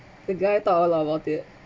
the guy talk all about it